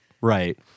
Right